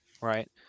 right